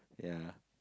ya